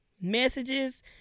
Messages